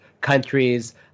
countries